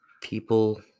People